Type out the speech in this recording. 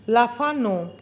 লাফানো